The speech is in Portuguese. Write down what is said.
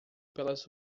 pelas